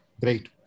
Great